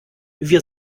wir